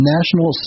National